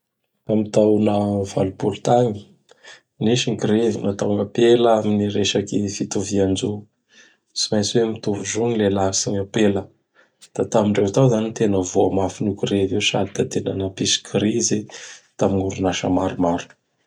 Tam taona valopolo tagny; nisy ny grevy nataogn' apela amin'ny resaky fitovian-jo; tsy maintsy oe mitovy zo gny lehilahy sy gn ampela. Da tamindreo zany ny tena voamafinino grevy io sady da tena napisy krizy tam gn'orinasa maromaro.